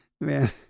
man